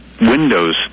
windows